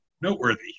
noteworthy